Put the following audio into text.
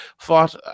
fought